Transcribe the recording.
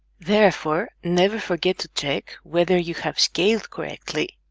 therefore never forget to check whether you have scaled correctly